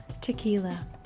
tequila